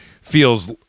feels